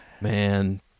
man